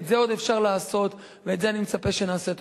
את זה עוד אפשר לעשות ואת זה אני מצפה שנעשה.